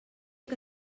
que